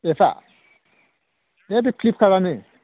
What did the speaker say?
एपआ है बे फ्लिपकार्टआनो